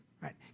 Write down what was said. right